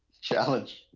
Challenge